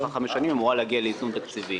לאחר חמש שנים היא אמורה להגיע לאיזון תקציבי.